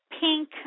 pink